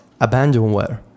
abandonware